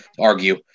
argue